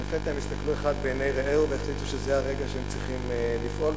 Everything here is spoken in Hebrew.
ולפתע הם הסתכלו אחד בעיני רעהו והחליטו שזה הרגע שהם צריכים לפעול.